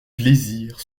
plaisir